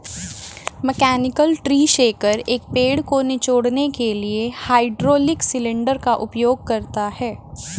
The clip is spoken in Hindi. मैकेनिकल ट्री शेकर, एक पेड़ को निचोड़ने के लिए हाइड्रोलिक सिलेंडर का उपयोग करता है